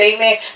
Amen